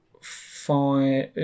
Five